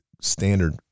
standard